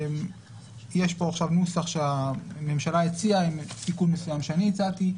יש פה עכשיו נוסח שהממשלה הציעה עם תיקון מסוים שהצעתי,